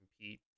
compete